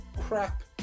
crap